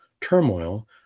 turmoil